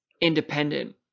independent